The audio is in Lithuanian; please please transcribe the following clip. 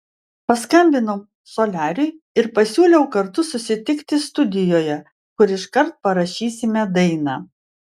paskambinau soliariui ir pasiūliau kartu susitikti studijoje kur iškart parašysime dainą